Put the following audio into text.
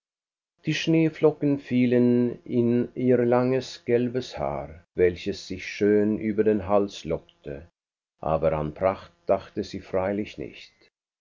die schneeflocken fielen in ihr langes gelbes haar welches sich schön über den hals lockte aber an pracht dachte sie freilich nicht